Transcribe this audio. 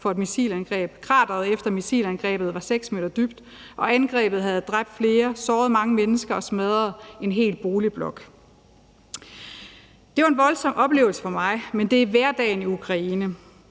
for et missilangreb. Krateret efter missilangrebet var 6 m dybt, og angrebet havde dræbt flere, såret mange mennesker og smadret en hel boligblok. Det var en voldsom oplevelse for mig, men det er hverdagen i Ukraine.